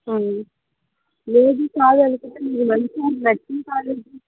లేదు కాదు అనుకుంటే మంచిగా మీకు నచ్చిన కాలేజీ